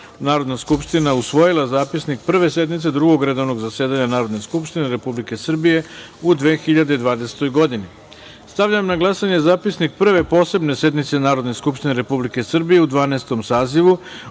Narodna skupština usvojila Zapisnik Prve sednice Drugog redovnog zasedanja Narodne skupštine Republike Srbije u 2020. godini. Stavljam na glasanje zapisnik Prve posebne sednice Narodne skupštine Republike Srbije u Dvanaestom